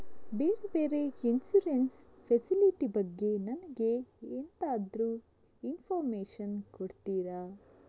ಬೇರೆ ಬೇರೆ insurance facility ಬಗ್ಗೆ ನನಗೆ ಎಂತಾದ್ರೂ ಇನ್ಫೋರ್ಮೇಷನ್ ಕೊಡ್ತೀರಾ?